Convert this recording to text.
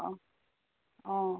অঁ অঁ